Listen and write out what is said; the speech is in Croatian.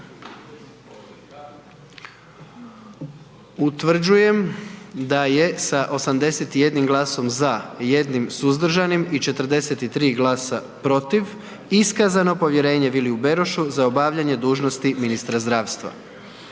Utvrđujem da je sa 81 glasom za, 1 suzdržanim i 43 glasa protiv iskazano povjerenje Viliju Berošu za obavljanje dužnosti ministra zdravstva.